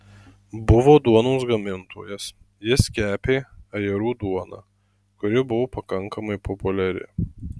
buvo duonos gamintojas jis kepė ajerų duoną kuri buvo pakankamai populiari